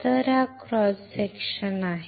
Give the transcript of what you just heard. तर हा cross section आहे